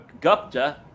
Gupta